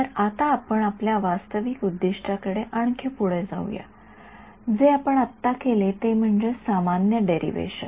तर आता आपण आपल्या वास्तविक उद्दीष्ट्याकडे आणखी पुढे जाऊया जे आपण आत्ता केले ते म्हणजे सामान्य डेरिव्हेशन